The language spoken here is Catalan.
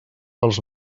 els